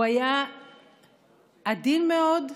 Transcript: הוא היה עדין מאוד,